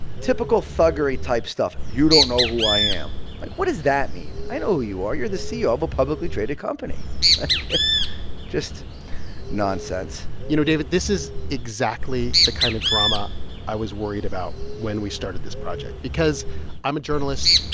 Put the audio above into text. typical thuggery-type stuff. you don't know who i am. like, what does that mean? i know who you are. you're the ceo of a publicly traded company like, just nonsense you know, david, this is exactly the kind of drama i was worried about when we started this project because i'm a journalist,